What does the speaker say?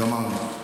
גמרנו.